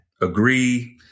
agree